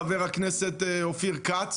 חבר הכנסת אופיר כץ,